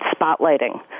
spotlighting